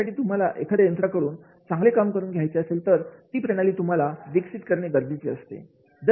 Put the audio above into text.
यासाठी तुम्हाला एखाद्या यंत्रा कडून चांगले काम करून घ्यायचे असेल तर ती प्रणाली तुम्हाला विकसित करणे गरजेचे असते